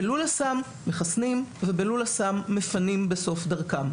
בלול אסם מחסנים ובלול אסם מפנים בסוף דרכם.